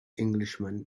englishman